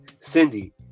Cindy